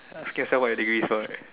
uh so what's your degree is for right